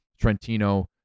Trentino